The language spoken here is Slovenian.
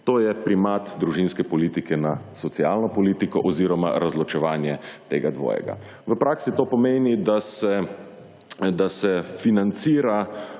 To je primat družinske politike nad socialno politiko oziroma razločevanje tega dvojega. V praksi to pomeni, da se financira